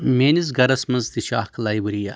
میٛٲنِس گَرَس منٛز تہِ چھِ اَکھ لایبٔری اَکھ